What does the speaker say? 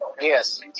Yes